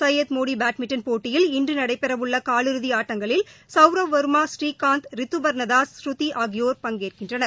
Syed Modi badminton போட்டியில் இன்று நடைபெறவுள்ள காலிறுதி ஆட்டங்களில் சவுரவ் வர்மா ஸ்ரீகாந்த் ரித்து பர்னதாஸ் ஸ்ருதி ஆகியோர் பங்கேற்கின்றனர்